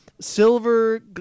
silver